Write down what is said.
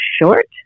short